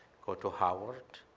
go to howard,